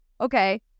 okay